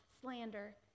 slander